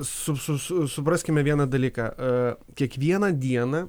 su su su supraskime vieną dalyką kiekvieną dieną